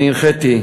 אני הנחיתי,